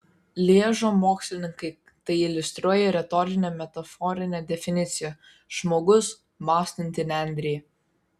lježo mokslininkai tai iliustruoja retorine metaforine definicija žmogus mąstanti nendrė